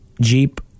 Jeep